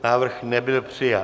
Návrh nebyl přijat.